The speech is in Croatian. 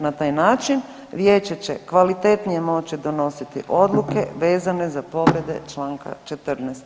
Na taj način vijeće će kvalitetnije moći donositi odluke vezane za povrede čl. 14.